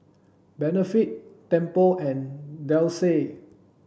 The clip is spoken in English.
Benefit Temple and Delsey